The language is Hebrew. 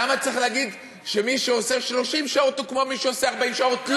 למה צריך להגיד שמי שעושה 30 שעות הוא כמו מי שעושה 40 שעות?